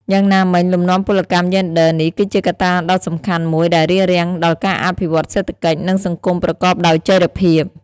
យ៉ាងណាមិញ លំនាំពលកម្មយេនឌ័រនេះគឺជាកត្តាដ៏សំខាន់មួយដែលរារាំងដល់ការអភិវឌ្ឍន៍សេដ្ឋកិច្ច និងសង្គមប្រកបដោយចីរភាព។